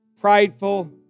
prideful